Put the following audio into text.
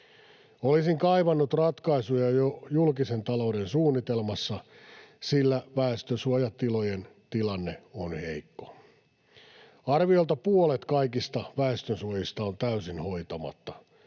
Olisin kaivannut ratkaisuja jo julkisen talouden suunnitelmassa, sillä väestönsuojatilojen tilanne on heikko. Arviolta puolet kaikista väestönsuojista on täysin hoitamatta.